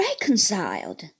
reconciled